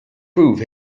prove